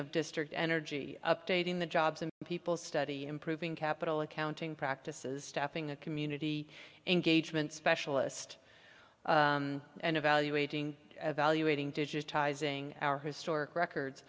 of district energy updating the jobs of people study improving capital accounting practices staffing a community engagement specialist and evaluating evaluating digitizing our historic records